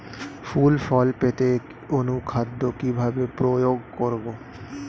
ফুল ফল পেতে অনুখাদ্য কিভাবে প্রয়োগ করব?